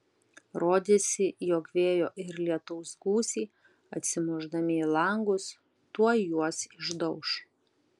rodėsi jog vėjo ir lietaus gūsiai atsimušdami į langus tuoj juos išdauš